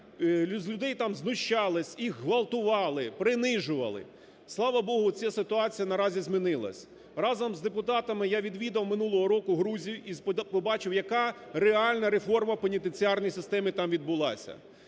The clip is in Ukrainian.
людей там знущалися, їх ґвалтували, принижували. Слава Богу, ця ситуація наразі змінилася. Разом з депутатами я відвідав минулого року Грузію і побачив, яка реальна реформа в пенітенціарній системі там відбулася.